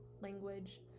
language